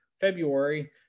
February